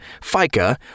FICA